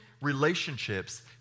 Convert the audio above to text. relationships